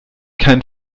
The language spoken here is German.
kein